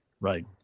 Right